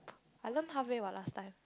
I learn halfway what last time